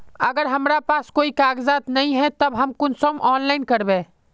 अगर हमरा पास कोई कागजात नय है तब हम कुंसम ऑनलाइन करबे?